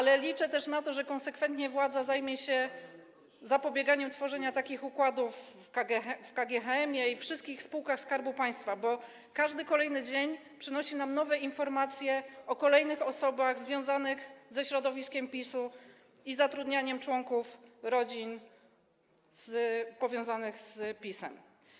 Liczę też na to, że władza konsekwentnie zajmie się zapobieganiem tworzeniu takich układów w KGHM-ie i wszystkich spółkach Skarbu Państwa, bo każdy kolejny dzień przynosi nam nowe informacje o kolejnych osobach związanych ze środowiskiem PiS-u i o zatrudnianiu członków rodzin powiązanych z PiS-em.